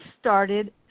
started